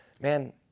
man